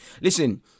Listen